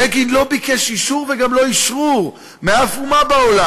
בגין לא ביקש אישור וגם לא אשרור מאף אומה בעולם.